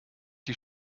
die